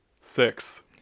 six